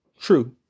True